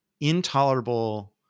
intolerable